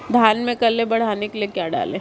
धान में कल्ले बढ़ाने के लिए क्या डालें?